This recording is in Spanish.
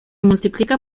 multiplica